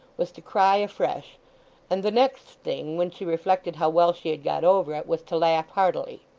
was to cry afresh and the next thing, when she reflected how well she had got over it, was to laugh heartily.